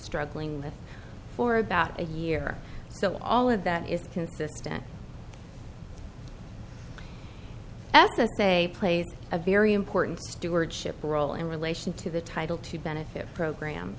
struggling with for about a year so all of that is consistent after they played a very important stewardship role in relation to the title to benefit program